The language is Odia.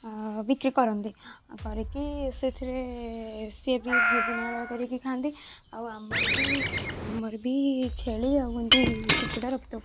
ବିକ୍ରି କରନ୍ତି କରିକି ସେଥିରେ ସିଏବି ଭୋଜନାଳୟ କରିକି ଖାଆନ୍ତି ଆଉ ଆମର ବି ଆମର ବି ଛେଳି କୁକୁଡ଼ା ବି ରଖିଥାଉ